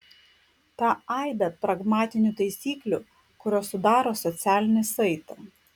tą aibę pragmatinių taisyklių kurios sudaro socialinį saitą